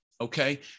Okay